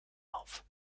auf